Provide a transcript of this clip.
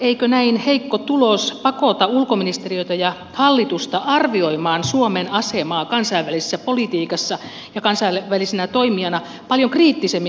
eikö näin heikko tulos pakota ulkoministeriötä ja hallitusta arvioimaan suomen asemaa kansainvälisessä politiikassa ja kansainvälisenä toimijana paljon kriittisemmin